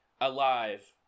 alive